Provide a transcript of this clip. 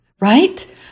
right